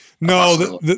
no